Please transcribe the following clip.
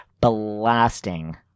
blasting